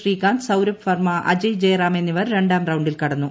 ശ്രീകാന്ത് സൌരഭ് വർമ അജയ് ജയ്റാം എന്നിവർ രണ്ടാം റൌണ്ടിൽ കടന്നു